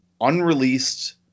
unreleased